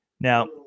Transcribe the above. Now